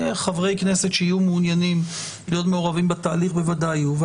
חברי כנסת שיהיו מעוניינים להיות מעורבים בתהליך בוודאי יהיו,